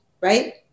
right